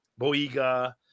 boiga